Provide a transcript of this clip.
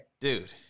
Dude